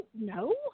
No